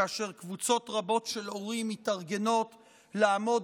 כאשר קבוצות רבות של הורים מתארגנות לעמוד